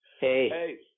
Hey